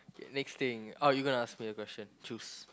next thing how you gonna ask me a question choose